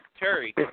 Terry